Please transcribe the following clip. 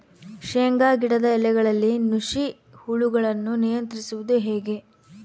ಶೇಂಗಾ ಗಿಡದ ಎಲೆಗಳಲ್ಲಿ ನುಷಿ ಹುಳುಗಳನ್ನು ನಿಯಂತ್ರಿಸುವುದು ಹೇಗೆ?